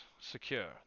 secure